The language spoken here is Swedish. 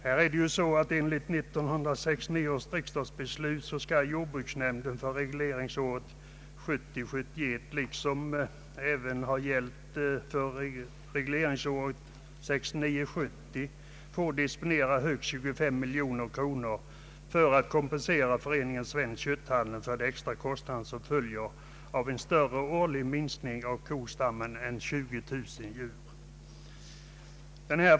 Herr talman! Enligt 1969 års riksdagsbeslut skall jordbruksnämnden för regleringsåret 1970 70, få disponera högst 25 miljoner kronor för att kompensera föreningen Svensk kötthandel för de extra kostnader som följer av större årlig minskning av kostammen än 20000 djur.